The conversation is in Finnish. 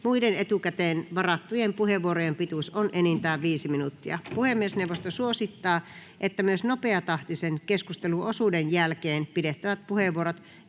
Muiden etukäteen varattujen puheenvuorojen pituus on enintään 5 minuuttia. Puhemiesneuvosto suosittaa, että myös nopeatahtisen keskusteluosuuden jälkeen pidettävät puheenvuorot